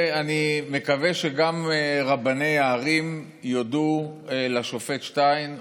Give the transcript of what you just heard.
ואני מקווה שגם רבני הערים יודו לשופט שטיין,